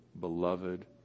beloved